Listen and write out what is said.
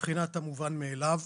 בבחינת המובן מאליו,